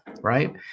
right